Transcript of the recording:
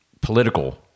political